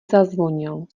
zazvonil